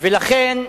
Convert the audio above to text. ולכן,